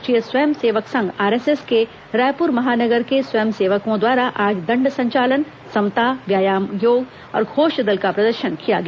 राष्ट्रीय स्वयं सेवक संघ आरएसएस के रायपुर महानगर के स्वयं सेवकों द्वारा आज दंड संचालन समता व्यायाम योग और घोष दल का प्रदर्शन किया गया